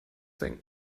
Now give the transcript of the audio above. thing